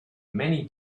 many